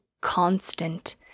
constant